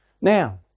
Now